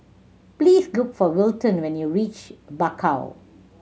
please look for Wilton when you reach Bakau